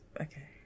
okay